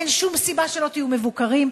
אין שום סיבה שלא תהיו מבוקרים,